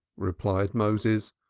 replied moses,